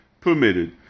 permitted